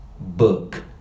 book